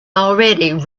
already